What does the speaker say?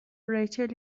ریچل